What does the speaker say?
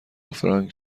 فرانک